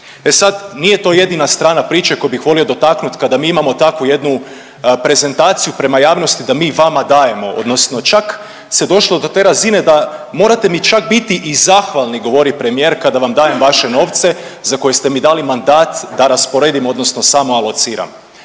E sad nije to jedina strana priče koju bih volio dotaknut kada mi imamo takvu jednu prezentaciju prema javnosti da „mi vama dajemo“ odnosno čak se došlo do te razine da morate mi čak biti i zahvalni govori premijer kada vam dajem veše novce za koje ste mi dali mandat da rasporedim odnosno samo alociram.